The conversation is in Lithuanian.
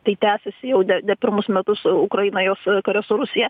tai tęsiasi jau ne ne pirmus metus ukraina jos karas su rusija